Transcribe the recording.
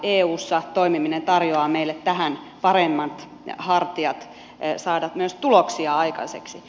eussa toimiminen tarjoaa meille tähän paremmat hartiat saada myös tuloksia aikaiseksi